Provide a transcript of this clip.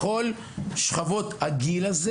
בכל שכבות הגיל הללו,